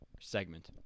segment